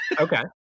Okay